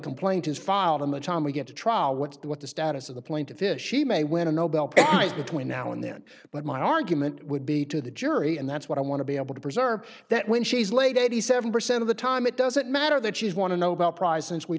complaint is filed in the time we get to trial what's the what the status of the plaintiff ish she may win a nobel prize between now and then but my argument would be to the jury and that's what i want to be able to preserve that when she's laid eighty seven percent of the time it doesn't matter that she's won a nobel prize